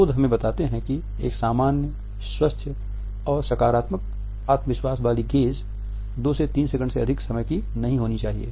शोध हमें बताते हैं कि एक सामान्य स्वस्थ और सकारात्मक आत्मविश्वास वाली गेज़ 2 या 3 सेकंड से अधिक समय की नहीं होनी चाहिए